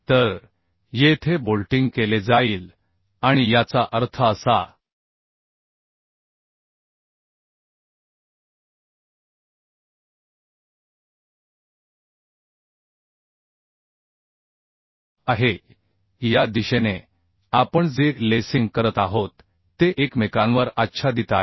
तर येथे बोल्टिंग केले जाईल आणि याचा अर्थ असा आहे की या दिशेने आपण जे लेसिंग करत आहोत ते एकमेकांवर आच्छादित आहे